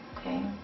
Okay